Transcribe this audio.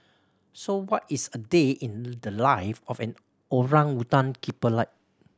so what is a day in the life of an orangutan keeper like